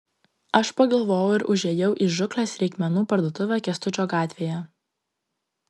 aš pagalvojau ir užėjau į žūklės reikmenų parduotuvę kęstučio gatvėje